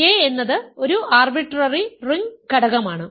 a എന്നത് ഒരു arbitrary ring ഘടകമാണ്